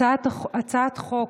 הצעת חוק,